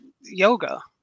yoga